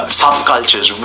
subcultures